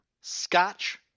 Scotch